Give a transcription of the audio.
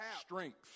strength